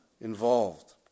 involved